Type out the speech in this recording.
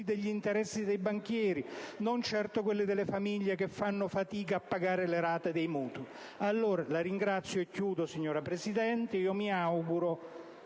degli interessi dei banchieri, non certo quelli delle famiglie che fanno fatica a pagare le rate dei mutui. Allora - la ringrazio e concludo, signora Presidente